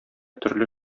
төрле